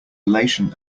elation